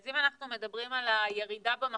אז אם אנחנו מדברים על הירידה במחזורים,